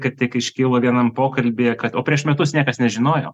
kad tik iškilo vienam pokalbyje o kad prieš metus niekas nežinojo